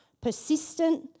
persistent